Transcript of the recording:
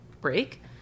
break